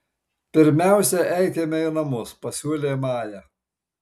pirmiausia eikime į namus pasiūlė maja